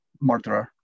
murderer